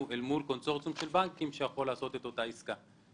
אל מול קונסורציום של בנקים שיכול לעשות את אותה עסקה.